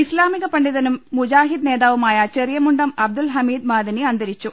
ഇസ്ലാമിക പണ്ഡിതനും മുജാഹിദ് നേതാവുമായ ചെറിയമുണ്ടം അബ്ദുൽ ഹമീദ് മദനി അന്തരിച്ചു